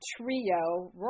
trio